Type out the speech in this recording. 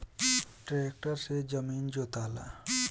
tractor से जमीन जोताला